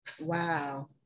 Wow